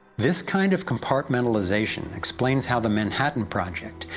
this kind of compartmentalization explains how the manhattan project,